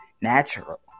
natural